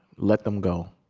let them go,